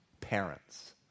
parents